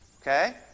Okay